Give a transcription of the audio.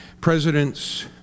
Presidents